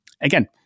again